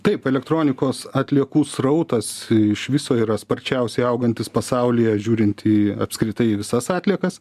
taip elektronikos atliekų srautas iš viso yra sparčiausiai augantis pasaulyje žiūrint į apskritai visas atliekas